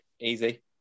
easy